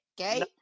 okay